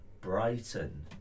Brighton